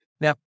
Now